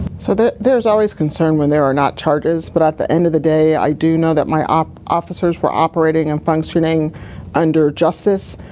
so there's always concern when there are not charges. but at the end of the day, i do know that my um officers were operating and functioning under justice,